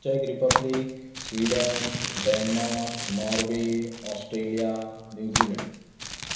check Republic Sweden Denmark Norway Australia New Zealand